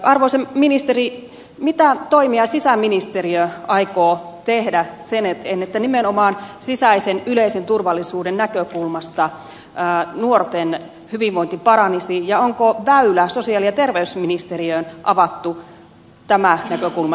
arvoisa ministeri mitä toimia sisäministeriö aikoo tehdä sen eteen että nimenomaan sisäisen yleisen turvallisuuden näkökulmasta nuorten hyvinvointi paranisi ja onko väylä sosiaali ja terveysministeriöön avattu tämä näkökulma silmällä pitäen